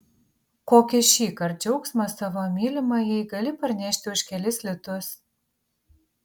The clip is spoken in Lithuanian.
kokį šįkart džiaugsmą savo mylimajai gali parnešti už kelis litus